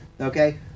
Okay